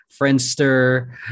Friendster